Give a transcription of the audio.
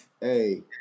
Hey